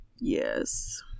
Yes